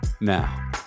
Now